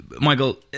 Michael